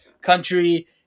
country